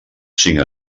cinc